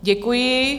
Děkuji.